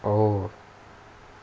oh